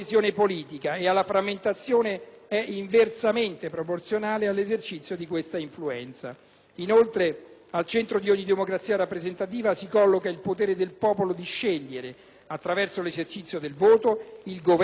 Inoltre, al centro di ogni democrazia rappresentativa si colloca il potere del popolo di scegliere, attraverso l'esercizio del voto, il Governo e tale potere si esercita, non solo in entrata, ma anche in uscita.